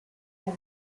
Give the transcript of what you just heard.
las